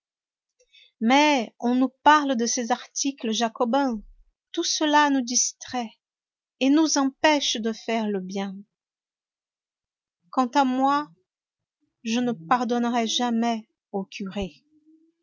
mais on nous parle de ces articles jacobins tout cela nous distrait et nous empêche de faire le bien quant à moi je ne pardonnerai jamais au curé